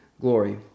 glory